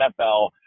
NFL